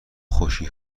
خوشی